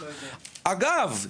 אגב,